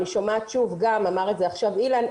גם אמר את זה עכשיו אילן,